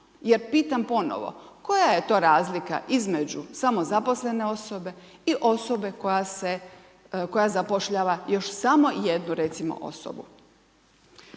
Jer pitam ponovo. Koja je to razlika između samozaposlene osobe i osobe koja zapošljava još samo jednu recimo osobu?